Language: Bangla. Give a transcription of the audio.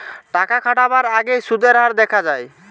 টাকা খাটাবার আগেই সুদের হার দেখা যায়